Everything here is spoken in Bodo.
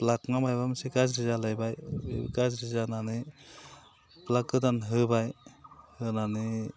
लाइथ ना माबा मोनसे गाज्रि जालायबाय गाज्रि जानानै लाइथ गोदान होबाय होनानै